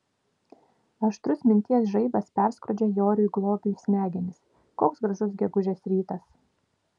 aštrus minties žaibas perskrodžia joriui globiui smegenis koks gražus gegužės rytas